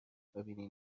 ببینین